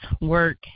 work